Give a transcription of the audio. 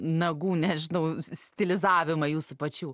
nagų nežinau stilizavimai jūsų pačių